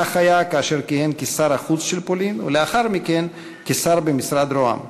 כך היה כאשר כיהן כשר החוץ של פולין ולאחר מכן כשר במשרד ראש הממשלה.